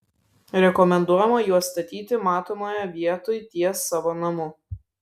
rekomenduojama juos statyti matomoje vietoj ties savo namu